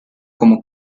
como